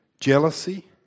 jealousy